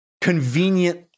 convenient